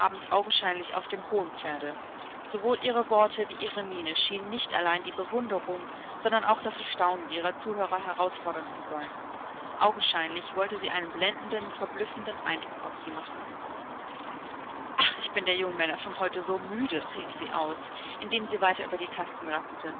augenscheinlich auf dem hohen pferde sowohl ihre worte wie ihre miene schienen nicht allein die bewunderung sondern auch das erstaunen ihrer zuhörer herausfordern zu sollen augenscheinlich wollte sie einen blendenden verblüffenden eindruck auf sie machen ach ich bin der jungen männer von heute so müde rief sie aus indem sie weiter über die tasten